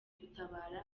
gutabara